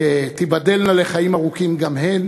תיבדלנה לחיים ארוכים גם הן,